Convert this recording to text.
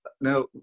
Now